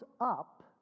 up